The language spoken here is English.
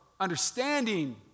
understanding